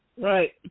right